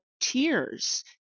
tears